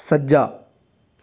ਸੱਜਾ